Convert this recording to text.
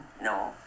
no